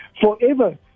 forever